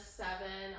seven